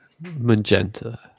magenta